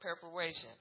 preparation